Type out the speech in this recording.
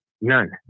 none